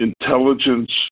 intelligence